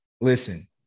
listen